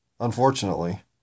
Unfortunately